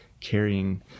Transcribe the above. carrying